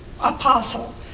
apostle